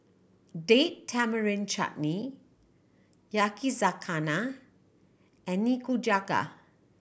Date Tamarind Chutney Yakizakana and Nikujaga